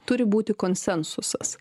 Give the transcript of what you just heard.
turi būti konsensusas